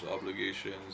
obligations